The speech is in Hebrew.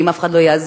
ואם אף אחד לא יעזור,